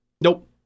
nope